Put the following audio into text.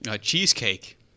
cheesecake